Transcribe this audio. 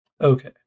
Okay